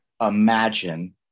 imagine